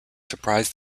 surprised